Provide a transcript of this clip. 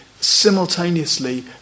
simultaneously